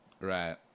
Right